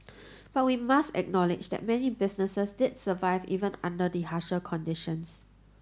but we must acknowledge that many businesses did survive even under the harsher conditions